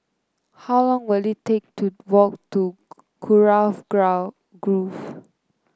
how long will it take to walk to Kurau Grove